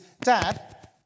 Dad